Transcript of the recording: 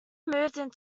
moved